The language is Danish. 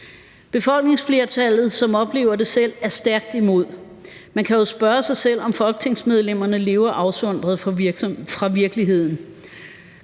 Befolkningsflertallet, som oplever det selv, er stærkt imod. Man kan jo spørge sig selv, om folketingsmedlemmerne lever afsondret fra virkeligheden.